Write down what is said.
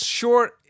short